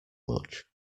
much